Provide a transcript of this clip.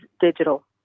digital